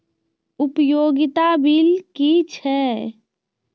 उपयोगिता बिल कि छै?